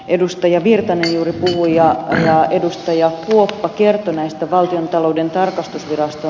edustaja virtanen kasvu ja ohjaa edustajia johto kertoi näistä valtiontalouden tarkastusvirasto